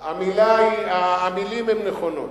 המלים הן נכונות.